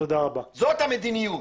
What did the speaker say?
זאת המדיניות.